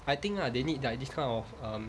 I think lah they need like this kind of um